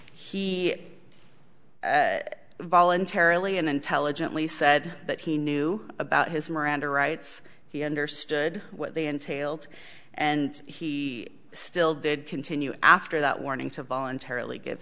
he voluntarily and intelligently said that he knew about his miranda rights he understood what they entailed and he still did continue after that warning to voluntarily g